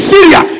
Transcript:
Syria